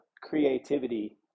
creativity